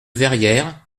verrières